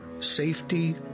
safety